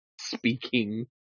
speaking